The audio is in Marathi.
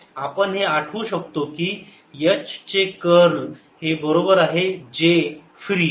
आपण हे आठवू शकतो की H चे कर्ल हे बरोबर आहे J फ्री